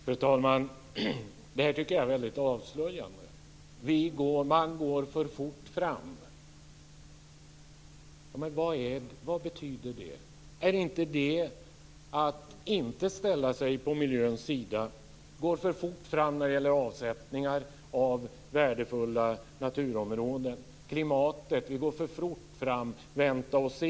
Fru talman! Det här tycker jag är väldigt avslöjande. Man går för fort fram. Vad betyder det? Är inte det att inte ställa sig på miljöns sida? Vi går för fort fram när det gäller avsättningar av värdefulla naturområden. Vi går för fort fram när det gäller klimatet, vänta och se.